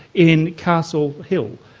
in castle hill,